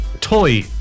toy